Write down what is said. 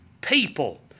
people